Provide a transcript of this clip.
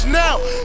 now